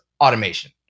automation